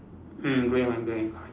mm grey one grey one